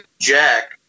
Jack